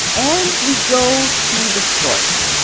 and we go to the source,